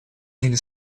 или